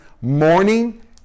morning